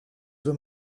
due